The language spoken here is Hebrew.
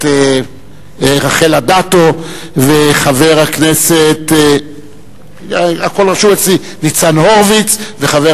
רחל אדטו וחבר הכנסת ניצן הורוביץ וחבר